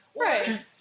Right